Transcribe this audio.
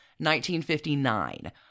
1959